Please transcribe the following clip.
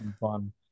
fun